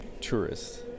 tourists